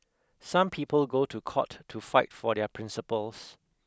some people go to court to fight for their principles